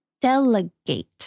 Delegate